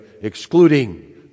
excluding